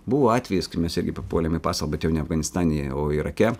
buvo atvejis kai mes irgi papuolėm į pasalą bet jau ne afganistane o irake